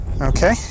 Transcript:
Okay